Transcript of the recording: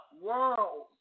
world